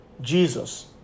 Jesus